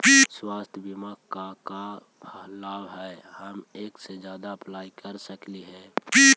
स्वास्थ्य बीमा से का क्या लाभ है हम एक से जादा अप्लाई कर सकली ही?